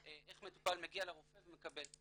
איך מטופל מגיע לרופא ומקבל.